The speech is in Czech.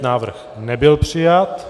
Návrh nebyl přijat.